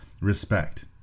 respect